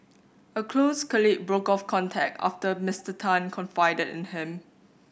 a close colleague broke off contact after Mister Tan confided in him